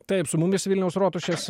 taip su mumis vilniaus rotušės